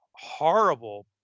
horrible